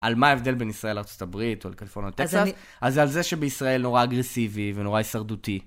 על מה ההבדל בין ישראל לארה״ב או לקליפורנות עכשיו, אז זה על זה שבישראל נורא אגרסיבי ונורא הישרדותי.